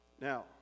Now